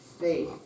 faith